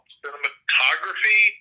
cinematography